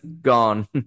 gone